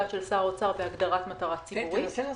דעת של שר האוצר בהגדרת מטרה ציבורית.